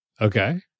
Okay